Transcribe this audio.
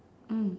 mm